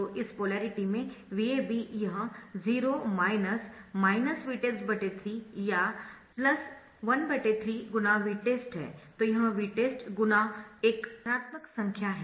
तो इस पोलेरिटी में VAB यह 0 Vtest3 या 13 ×Vtest है तो यह Vtest गुणा एक धनात्मक संख्या है